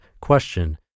question